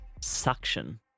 suction